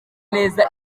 neza